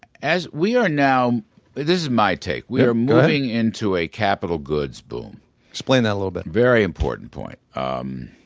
as we are now this is my take we're getting into a capital goods boom explain that a little bit very important point. um